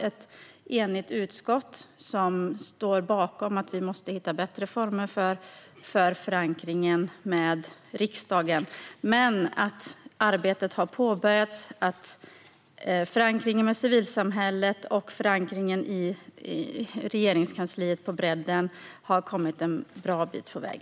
Ett enigt utskott står bakom att vi måste hitta bättre former för förankringen i riksdagen. Men arbetet har påbörjats. Förankringen i civilsamhället och förankringen i Regeringskansliet på bredden har kommit en bra bit på väg.